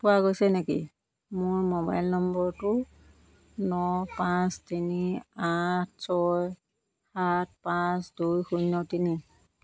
পোৱা গৈছে নেকি মোৰ মোবাইল নম্বৰটো ন পাঁচ তিনি আঠ ছয় সাত পাঁচ দুই শূন্য তিনি